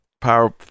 Power